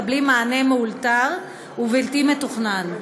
צורכי השכונה ההכרחיים מקבלים מענה מאולתר ובלתי מתוכנן.